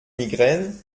migraine